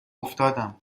افتادم